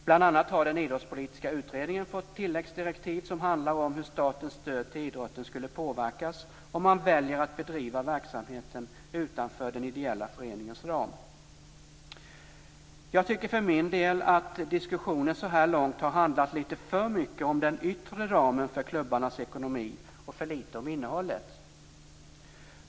Bl.a. har den idrottspolitiska utredningen fått tilläggsdirektiv som handlar om hur statens stöd till idrotten skulle påverkas om man väljer att bedriva verksamheten utanför den ideella föreningens ram. Jag tycker för min del att diskussionen så här långt har handlat litet för mycket om den yttre ramen för klubbarnas ekonomi och för litet om innehållet.